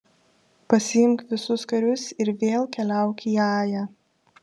pasiimk visus karius ir vėl keliauk į ają